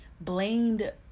blamed